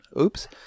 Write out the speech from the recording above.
oops